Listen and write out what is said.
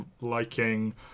liking